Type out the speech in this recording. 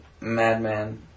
madman